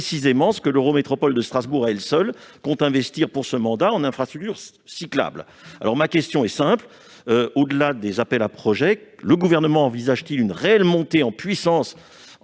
ce que l'Eurométropole de Strasbourg à elle seule compte investir lors de cette mandature en infrastructures cyclables. Monsieur le secrétaire d'État, au-delà des appels à projets, le Gouvernement envisage-t-il une réelle montée en puissance